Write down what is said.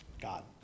God